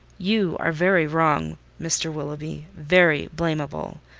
you are very wrong, mr. willoughby, very blamable,